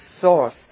source